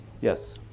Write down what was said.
Yes